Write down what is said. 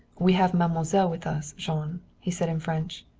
we have mademoiselle with us, jean, he said in french.